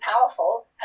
powerful